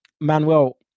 Manuel